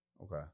Okay